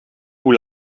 hoe